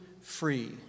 free